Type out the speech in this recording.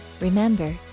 Remember